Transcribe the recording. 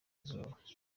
izuba